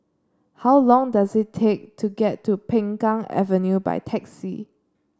how long does it take to get to Peng Kang Avenue by taxi